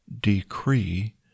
decree